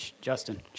Justin